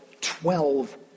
twelve